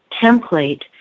template